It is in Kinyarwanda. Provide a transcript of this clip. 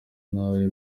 nawe